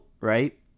right